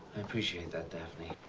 appreciate that, daphne.